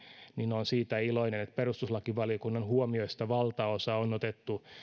olen siitä iloinen että perustuslakivaliokunnan huomioista valtaosa on otettu